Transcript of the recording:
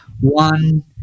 one